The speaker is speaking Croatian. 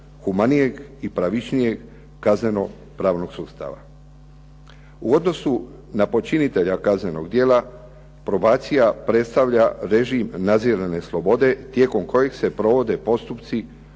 U odnosu na počinitelja kaznenog djela probacija predstavlja režim nadzirane slobode tijekom kojeg se provode postupci